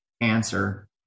answer